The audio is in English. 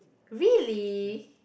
really